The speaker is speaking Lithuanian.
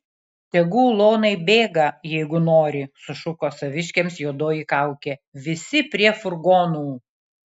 tegu ulonai bėga jeigu nori sušuko saviškiams juodoji kaukė visi prie furgonų